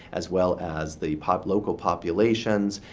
as well as the local populations.